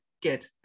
good